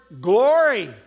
glory